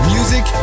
Music